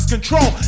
control